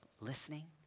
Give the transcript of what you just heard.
listening